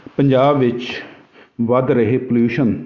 ਪੰਜਾਬ ਵਿੱਚ ਵੱਧ ਰਹੇ ਪਲਿਊਸ਼ਨ